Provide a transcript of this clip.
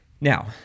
Now